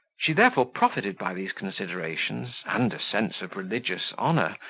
she therefore profited by these considerations, and a sense of religious honour,